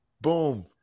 boom